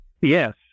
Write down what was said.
Yes